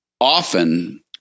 often